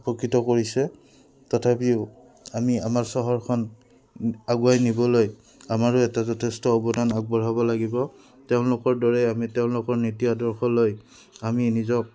উপকৃত কৰিছে তথাপিও আমি আমাৰ চহৰখন আগুৱাই নিবলৈ আমাৰো এটা যথেষ্ট অৱদান আগবঢ়াব লাগিব তেওঁলোকৰ দৰে আমি তেওঁলোকৰ নীতি আদৰ্শলৈ আমি নিজক